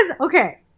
okay